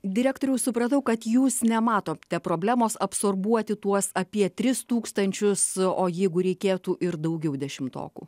direktoriau supratau kad jūs nematote problemos absorbuoti tuos apie tris tūkstančius o jeigu reikėtų ir daugiau dešimtokų